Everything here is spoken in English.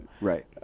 right